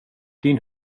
din